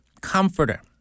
Comforter